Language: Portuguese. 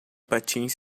patins